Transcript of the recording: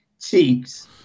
cheeks